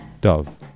Dove